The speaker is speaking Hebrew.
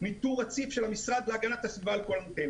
ניטור רציף של המשרד להגנת הסביבה על כל אנטנה.